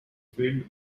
filled